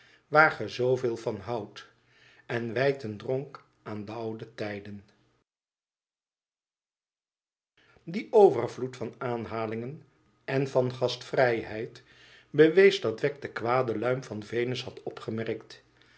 ge zooveel vab houdt en wijd een dronk aan d ouden tijd die overvloed van aanhalingen en van gastvrijheid bewees dat wegg de kwade luim van venus had opgemerkt